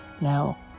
now